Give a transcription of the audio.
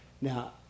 Now